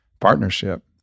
partnership